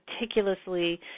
meticulously